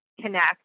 connect